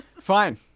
Fine